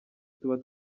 tuba